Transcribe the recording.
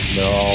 no